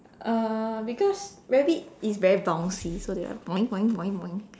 uh because rabbit is very bouncy so they like boink boink boink boink